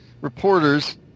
reporters